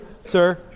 sir